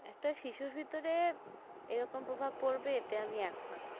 একটা শিশুর ভিতরে এরকম প্রভাব পড়বে এতে আমি একমত